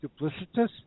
duplicitous